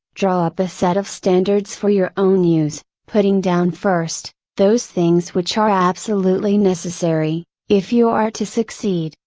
draw up a set of standards for your own use, putting down first, those things which are absolutely necessary, if you are to succeed,